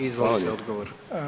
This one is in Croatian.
Izvolite odgovor.